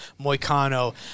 Moicano